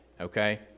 okay